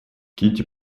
кити